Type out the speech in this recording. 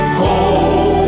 home